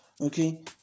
okay